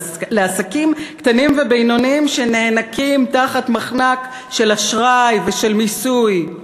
לעסקים קטנים ובינוניים שנאנקים תחת מחנק של אשראי ושל מיסוי.